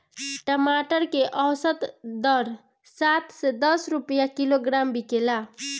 टमाटर के औसत दर सात से दस रुपया किलोग्राम बिकला?